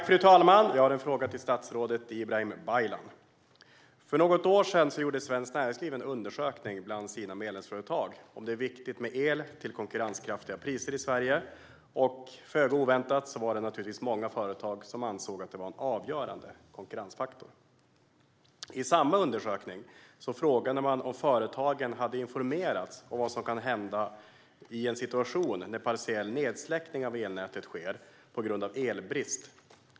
Fru talman! Jag har en fråga till statsrådet Ibrahim Baylan. För något år sedan gjorde Svenskt Näringsliv en undersökning bland sina medlemsföretag om det är viktigt med el till konkurrenskraftiga priser i Sverige. Föga oväntat var det många företag som ansåg att det var en avgörande konkurrensfaktor. I samma undersökning frågade man om företagen hade informerats om vad som kunde hända i en situation när partiell nedsläckning av elnätet sker på grund av elbrist.